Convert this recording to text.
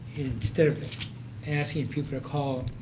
instead of asking people to call,